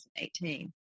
2018